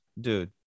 dude